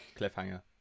cliffhanger